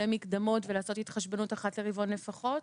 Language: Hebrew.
מקדמות ולעשות התחשבנות אחת לרבעון לפחות?